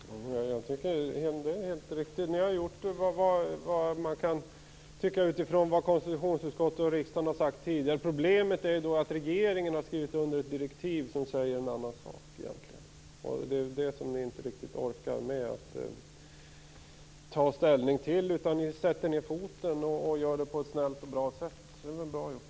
Fru talman! Jag tycker att det är helt riktigt. Ni har gjort vad man kan utifrån vad konstitutionsutskottet och riksdagen har sagt tidigare. Problemet är att regeringen har skrivit under ett direktiv som egentligen säger en annan sak. Det är det ni inte riktigt orkar med att ta ställning till. Ni sätter ned foten och gör det på ett snällt och bra sätt. Det är väl bra gjort.